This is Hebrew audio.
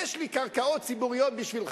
יש לי קרקעות ציבוריות,